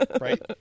Right